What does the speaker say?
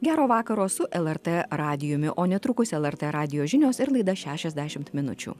gero vakaro su lrt radijumi o netrukus lrt radijo žinios ir laida šešiasdešimt minučių